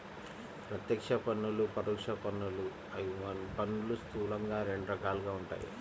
ప్రత్యక్ష పన్నులు, పరోక్ష పన్నులు అని పన్నులు స్థూలంగా రెండు రకాలుగా ఉంటాయి